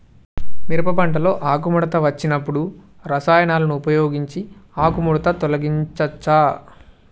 మిరప పంటలో ఆకుముడత వచ్చినప్పుడు రసాయనాలను ఉపయోగించి ఆకుముడత తొలగించచ్చా?